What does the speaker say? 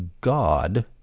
God